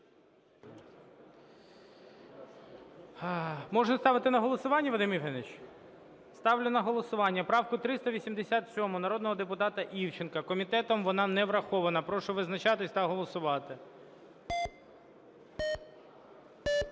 Можна ставити на голосування, Вадим Євгенович? Ставлю на голосування правку 387 народного депутата Івченка. Комітетом вона не врахована. Прошу визначатися та голосувати.